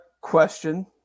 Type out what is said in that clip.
question